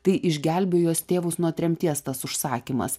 tai išgelbėjo jos tėvus nuo tremties tas užsakymas